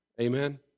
Amen